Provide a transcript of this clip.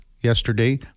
yesterday